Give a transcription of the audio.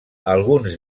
alguns